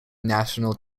national